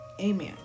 amen